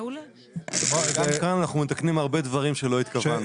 גם כאן אנחנו מתקנים הרבה דברים שלא התכוונו.